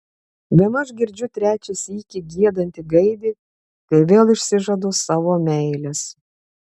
bemaž girdžiu trečią sykį giedantį gaidį kai vėl išsižadu savo meilės